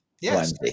yes